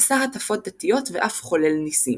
נשא הטפות דתיות ואף חולל נסים.